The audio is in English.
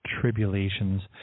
tribulations